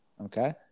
Okay